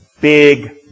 Big